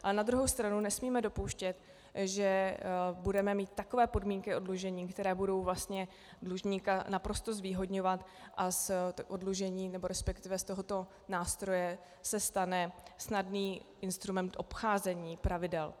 Ale na druhou stranu nesmíme dopouštět, že budeme mít takové podmínky oddlužení, které budou vlastně dlužníka naprosto zvýhodňovat, a z oddlužení, resp. z tohoto nástroje se stane snadný instrument obcházení pravidel.